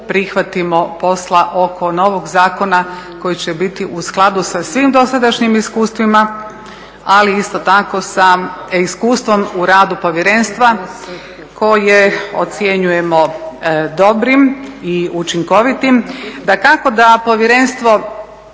prihvatimo posla oko novog zakona koji će biti u skladu sa svim dosadašnjim iskustvima, ali isto tako sa iskustvom u radu povjerenstva koje ocjenjujemo dobrim i učinkovitim. Dakako da Povjerenstvo